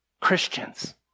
Christians